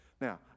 Now